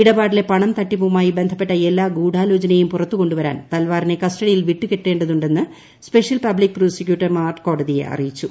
ഇടപാടിലെ പണം തട്ടിപ്പുമായി ബന്ധപ്പെട്ട എല്ലാ ഗൂഡാലോചനയും പുറത്തുകൊണ്ടു്വര്ാൻ തൽവാറിനെ കസ്റ്റഡിയിൽ വിട്ടുകിട്ടേണ്ടതുള്ളണ്ട്ന്ന് സ്പെഷ്യൽ പബ്ലിക്ക് പ്രോസിക്യൂട്ടർമാർ കോടത്തിയെ അറിയിച്ചു